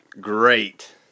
great